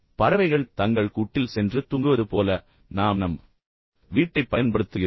பறவைகள் தங்கள் கூட்டில் சென்று தூங்குவது போல நாம் சென்று நம் வீட்டைப் பயன்படுத்துகிறோம்